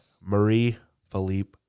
Marie-Philippe